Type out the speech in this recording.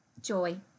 Joy